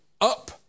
up